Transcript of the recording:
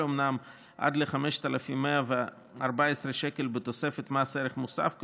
אומנם עד 5,114 שקל בתוספת מס ערך מוסף,